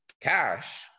cash